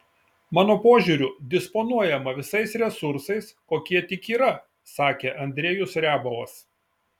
mano požiūriu disponuojama visais resursais kokie tik yra sakė andrejus riabovas